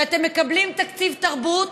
שאתם מקבלים תקציב תרבות